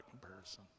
comparison